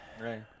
Right